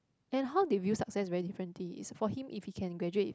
and how they view success is very different thing is for him if he can graduate